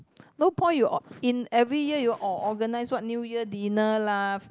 no point you or~ in every year you or~ organise what New Year dinner lah